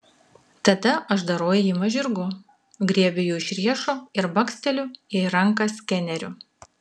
tada aš darau ėjimą žirgu griebiu jį už riešo ir baksteliu į ranką skeneriu